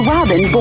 Robin